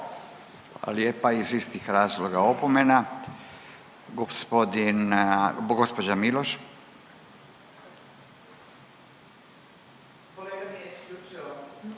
lijepa. Iz istih razloga opomena. Gospodin, gospođa Miloš.